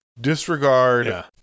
disregard